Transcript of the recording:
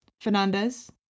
Fernandez